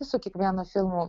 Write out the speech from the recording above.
su kiekvienu filmu